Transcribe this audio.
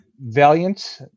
Valiant